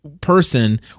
person